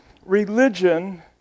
Religion